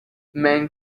man